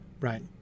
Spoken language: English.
right